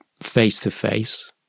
face-to-face